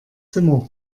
zimmer